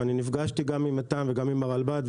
נפגשתי איתם ועם הרלב"ד,